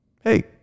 Hey